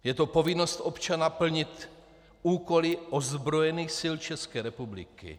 Je to povinnost občana plnit úkoly ozbrojených sil České republiky.